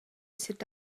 cet